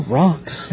rocks